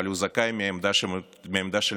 אבל הוא זכאי מעמדה של מורשע.